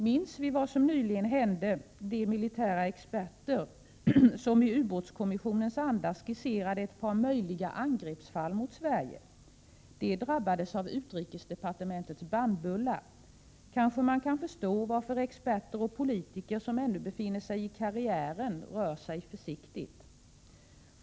Minns vi vad som nyligen hände de militära experter som i ubåtskommissionens anda skisserade ett par möjliga angreppsfall mot Sverige — de drabbades av utrikesdepartementets bannbulla — kanske vi kan förstå varför experter och politiker som ännu befinner sig i karriären rör sig försiktigt.